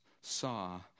saw